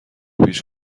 پیچ